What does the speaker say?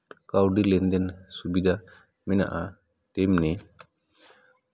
ᱠᱟᱹᱣᱰᱤ ᱞᱮᱱᱫᱮᱱ ᱥᱩᱵᱤᱫᱷᱟ ᱢᱮᱱᱟᱜᱼᱟ ᱛᱮᱢᱱᱤ